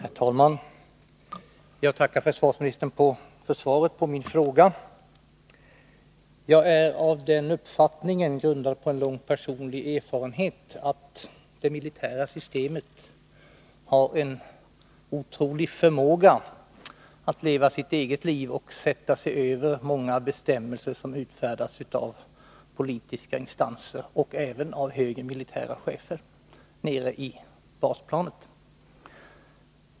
Herr talman! Jag tackar försvarsministern för svaret på min fråga. Jag är av den uppfattningen — grundad på en lång personlig erfarenhet — att det militära systemet har en otrolig förmåga att nere på basplanet leva sitt eget liv och sätta sig över många bestämmelser, som utfärdats av politiska instanser och även av högre militära chefer.